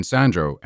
Sandro